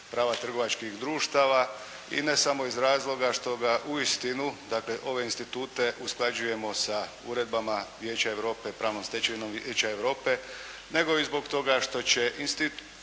prava trgovačkih društava i ne samo iz razloga što ga uistinu dakle ove institute usklađujemo sa uredbama Vijeća Europe, pravnom stečevinom Vijeća Europe nego i zbog toga što će institut